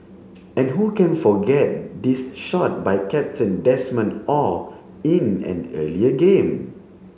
and who can forget this shot by captain Desmond Oh in an earlier game